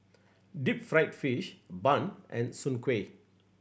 deep fried fish bun and Soon Kuih